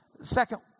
second